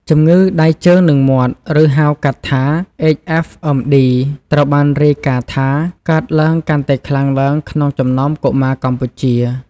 ជំងឺដៃ ជើង និងមាត់ ឬ ហៅកាត់ថា HFMD ត្រូវបានរាយការណ៍ថា កើនឡើងកាន់តែខ្លាំងឡើងក្នុងចំណោមកុមារកម្ពុជា។